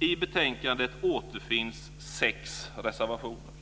I betänkandet återfinns sex reservationer.